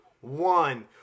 one